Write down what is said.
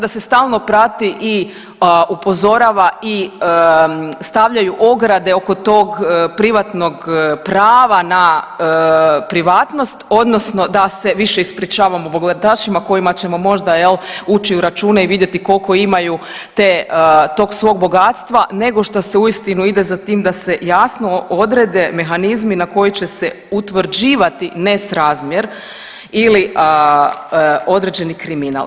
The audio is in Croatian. Da se stalno prati i upozorava i stavljaju ograde oko tog privatnog prava na privatnost odnosno da se više ispričavamo bogatašima kojima ćemo možda jel ući u račune i vidjeti koliko imaju te, tog svog bogatstva nego što se uistinu ide za tim da se jasno odrede mehanizmi na koji će se utvrđivati nesrazmjer ili određeni kriminal.